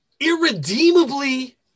irredeemably